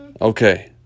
Okay